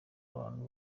abantu